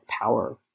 power